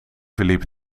verliep